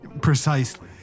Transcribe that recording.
Precisely